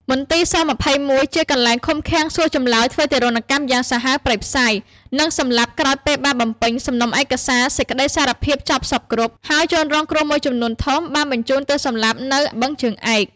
មន្ទីរ ស.២១ ជាកន្លែងឃុំឃាំងសួរចម្លើយធ្វើទារុណកម្មយ៉ាងសាហាវព្រៃផ្សៃ និងសម្លាប់ក្រោយពេលបានបំពេញ សំណុំឯកសារសេចក្ដីសារភាពចប់សព្វគ្រប់ ហើយជនរងគ្រោះមួយចំនួនធំ បានបញ្ជូនទៅសម្លាប់នៅបឹងជើងឯក។